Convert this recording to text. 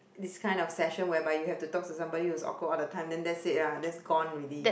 this kind of session whereby you have to talk to somebody who's awkward all the time then that's it lah that's gone already